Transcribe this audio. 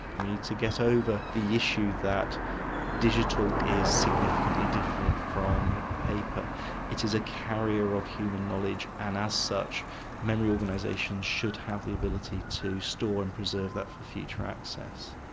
we need to get over the issue that digital is significantly different from paper it is a carrier of human knowledge and as such memory organisations should have the ability to store and preserve that for future access.